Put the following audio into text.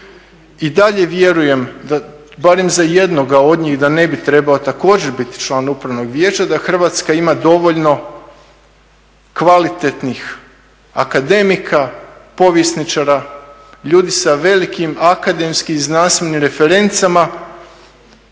I dalje vjerujem barem za jednoga od njih da ne bi trebao također biti član upravnog vijeća. Da Hrvatska ima dovoljno kvalitetnih akademika, povjesničara, ljudi sa velikim akademskim i znanstvenim referencama